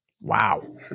Wow